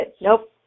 nope